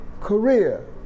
career